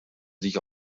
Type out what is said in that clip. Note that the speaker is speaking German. sich